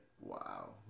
wow